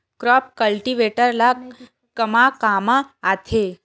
Crop cultivator ला कमा काम आथे?